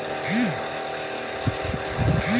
mobile phone खरीदने से पहले सौरभ ने ई.एम.आई की गणना की